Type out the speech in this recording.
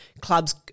clubs